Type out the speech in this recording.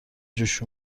جوش